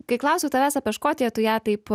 kai klausiau tavęs apie škotiją tu ją taip